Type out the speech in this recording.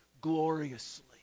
gloriously